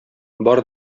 бар